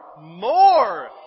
more